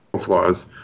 flaws